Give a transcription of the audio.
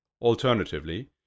Alternatively